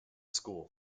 school